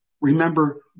Remember